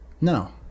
No